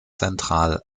central